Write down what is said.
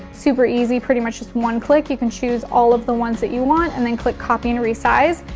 super easy, pretty much just one click. you can choose all of the ones that you want and then click copy and resize.